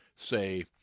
say